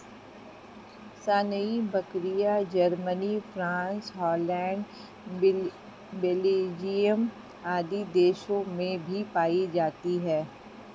सानेंइ बकरियाँ, Germany, France, Holland, Belgium आदि देशों में भी पायी जाती है